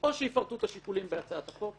או שיפרטו את השיקולים בהצעת החוק,